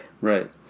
Right